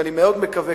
ואני מאוד מקווה,